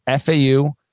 FAU